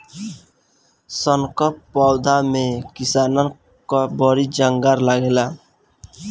सन कअ पौधा में किसानन कअ बड़ी जांगर लागेला